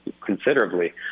considerably